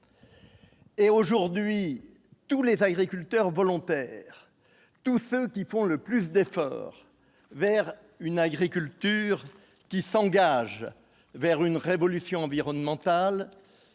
Et aujourd'hui, tous les agriculteurs volontaires, tous ceux qui font le plus d'efforts vers une agriculture qui s'engage vers une révolution environnementale,